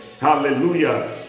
hallelujah